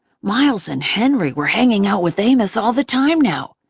miles and henry were hanging out with amos all the time now,